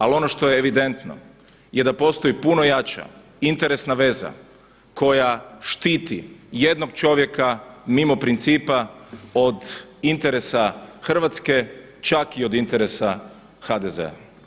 Ali ono što je evidentno je da postoji puno jača interesna veza koja štiti jednog čovjeka mimo principa od interesa hrvatske čak i od interesa HDZ-a.